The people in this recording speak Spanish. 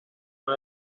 una